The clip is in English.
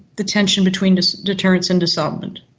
the tension between deterrence and disarmament.